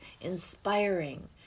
inspiring